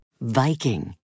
Viking